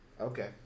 Okay